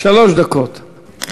שלוש דקות לרשותך.